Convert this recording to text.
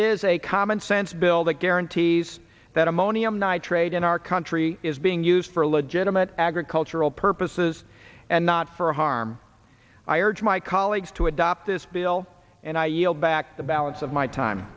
is a commonsense bill that guarantees that ammonium nitrate in our country is being used for legitimate agricultural purposes and not for harm i urge my colleagues to adopt this bill and i yield back the balance of my time